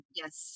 yes